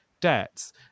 debts